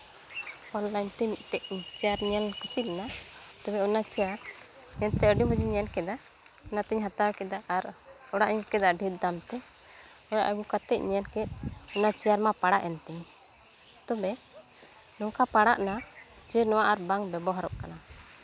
online ᱛᱮ ᱢᱤᱫᱴᱮᱡ chair ᱧᱮᱞ ᱤᱧ ᱠᱩᱥᱤ ᱞᱮᱱᱟ ᱛᱚᱵᱮ ᱚᱱᱟ ᱪᱮᱭᱟᱨ ᱮᱱᱛᱮᱜ ᱟᱹᱰᱤ ᱢᱚᱡᱤᱧ ᱧᱮᱞ ᱠᱮᱫᱟ ᱚᱱᱟᱛᱤᱧ ᱦᱟᱛᱟᱣ ᱠᱮᱫᱟ ᱟᱨ ᱚᱲᱟᱜ ᱤᱧ ᱟᱹᱜᱩ ᱠᱮᱫᱟ ᱰᱷᱮᱨ ᱫᱟᱢ ᱛᱮ ᱚᱲᱟᱜ ᱟᱹᱜᱩ ᱠᱟᱛᱮ ᱧᱮᱞ ᱠᱮᱜ ᱚᱱᱟ ᱪᱮᱭᱟᱨ ᱢᱟ ᱯᱟᱲᱟᱜ ᱮᱱ ᱛᱤᱧ ᱛᱚᱵᱮ ᱱᱚᱝᱠᱟ ᱯᱟᱲᱟᱜ ᱱᱟ ᱡᱮ ᱱᱚᱣᱟ ᱟᱨ ᱵᱟᱝ ᱵᱮᱵᱚᱦᱟᱨᱚᱜ ᱠᱟᱱᱟ